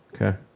Okay